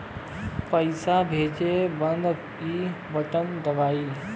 पइसा भेजे बदे ई बटन दबाई